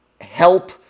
help